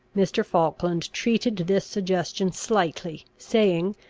mr. falkland treated this suggestion slightly, saying,